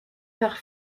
faire